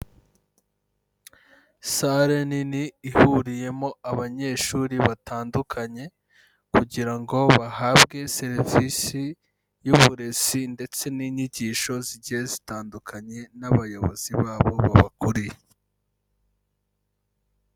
Sare nini ihuriyemo abanyeshuri batandukanye, kugira ngo bahabwe serivisi y'uburezi ndetse n'inyigisho zigiye zitandukanye n'abayobozi babo babakuriye.